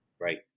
right